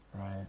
Right